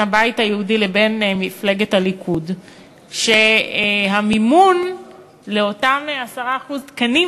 הבית היהודי לבין מפלגת הליכוד שהמימון לאותם 10% תקנים,